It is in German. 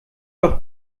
doch